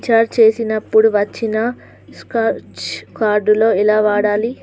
Recharge చేసినప్పుడు వచ్చిన scratch card ఎలా వాడాలి?